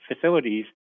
facilities